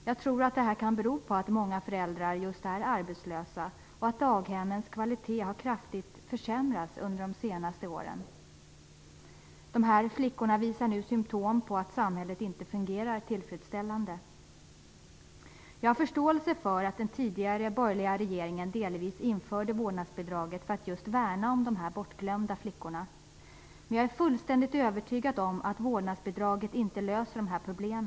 Jag tror att det kan bero på att många föräldrar just är arbetslösa och att daghemmens kvalitet har kraftigt försämrats under de senaste åren. De här flickorna visar nu symptom på att samhället inte fungerar tillfredsställande. Jag har förståelse för att den tidigare borgerliga regeringen införde vårdnadsbidraget delvis för att värna just om dessa bortglömda flickor. Men jag är fullständigt övertygad om att vårdnadsbidraget inte löser dessa problem.